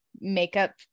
makeup